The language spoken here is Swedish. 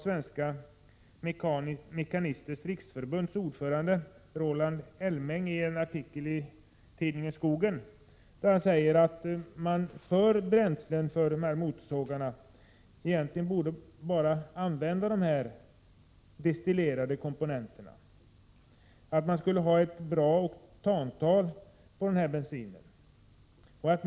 Svenska mekanisters riksförbunds ordförande Roland Elmäng har i en artikel i tidningen Skogen framhållit att man som motorsågsbränsle egentligen borde använda de destillerade komponenterna. Det borde alltså vara ett lämpligt oktantal på denna bensin.